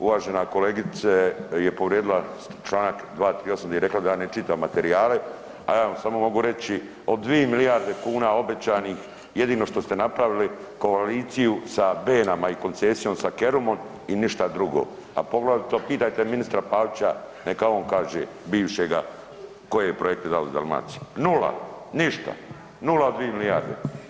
Uvažena kolegica je povrijedila Članak 238. gdje je rekla da ja ne čitam materijale, a ja vam samo mogu reći od 2 milijarde kuna obećanih jedino što ste napravili koaliciju sa benama i koncesijom sa Kerumom i ništa drugo, a poglavito pitajte ministra Pavića neka on kaže, bivšega, koje projekte je dao u Dalmaciji, nula, ništa, nula od 2 milijarde.